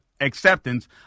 acceptance